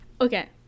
Okay